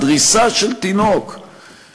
דריסה של תינוק,